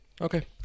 Okay